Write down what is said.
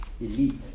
elite